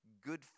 good